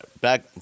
back